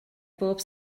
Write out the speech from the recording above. bob